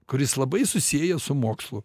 kuris labai susieja su mokslu